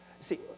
See